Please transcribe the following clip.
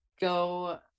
go